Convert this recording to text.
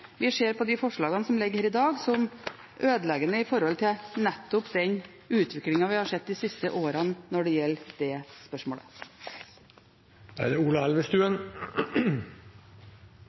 Vi ser på de forslagene som ligger her i dag, som ødeleggende med tanke på nettopp den utviklingen vi har sett de siste årene når det gjelder det spørsmålet. Fra Venstres side støtter vi definitivt det